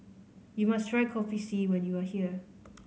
you must try Kopi C when you are here